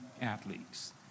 athletes